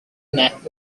neck